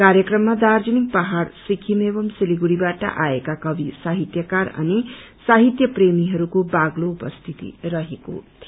कार्यक्रममा दार्जीलिङ पहाङ सिक्किम एवं सिलगढ़ीबाट आएका कवि साहित्यकार अनि साहित्यप्रेमीहरूको बाक्लो उपस्थिति रहेको थियो